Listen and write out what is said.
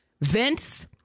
Vince